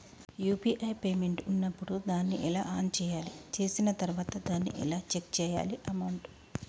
UPI payment ఉన్నప్పుడు దాన్ని ఎలా ఆన్ చేయాలి? చేసిన తర్వాత దాన్ని ఎలా చెక్ చేయాలి అమౌంట్?